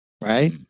right